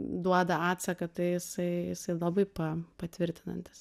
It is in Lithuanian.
duoda atsaką tai jisai jisai labai pa patvirtinantis